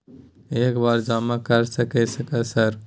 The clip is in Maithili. एक बार जमा कर सके सक सर?